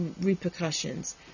repercussions